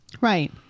Right